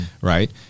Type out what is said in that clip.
right